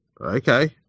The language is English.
Okay